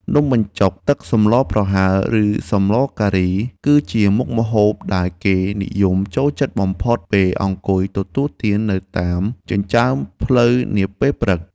នំបញ្ចុកទឹកសម្លប្រហើរឬសម្លការី គឺជាមុខម្ហូបដែលគេនិយមចូលចិត្តបំផុតពេលអង្គុយទទួលទាននៅតាមចិញ្ចើមផ្លូវនាពេលព្រឹក។